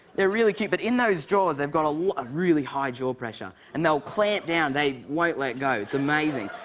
they're really cute, but in those jaws, they've got a lot of really high jaw pressure. and they'll clamp down. they won't let go. it's amazing.